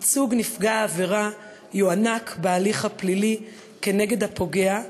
ייצוג נפגע העבירה יוענק בהליך הפלילי כנגד הפוגע,